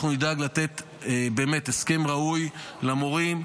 אנחנו נדאג לתת למורים הסכם ראוי באמת,